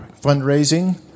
fundraising